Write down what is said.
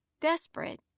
Desperate